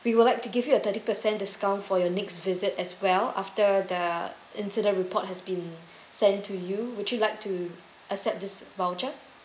we would like to give you a thirty percent discount for your next visit as well after the internal report has been sent to you would you like to accept this voucher